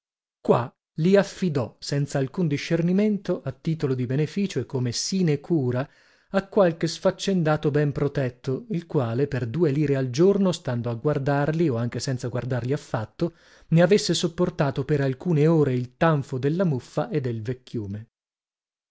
qua li affidò senzalcun discernimento a titolo di beneficio e come sinecura a qualche sfaccendato ben protetto il quale per due lire al giorno stando a guardarli o anche senza guardarli affatto ne avesse sopportato per alcune ore il tanfo della muffa e del vecchiume